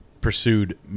pursued